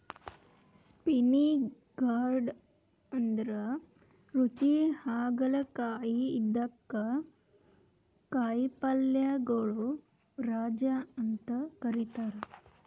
spiny gourd ಅಂದ್ರ ರುಚಿ ಹಾಗಲಕಾಯಿ ಇದಕ್ಕ್ ಕಾಯಿಪಲ್ಯಗೊಳ್ ರಾಜ ಅಂತ್ ಕರಿತಾರ್